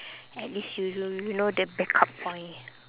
at least you know you know the backup point